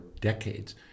decades